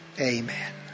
Amen